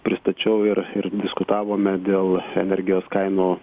pristačiau ir ir diskutavome dėl energijos kainų